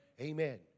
Amen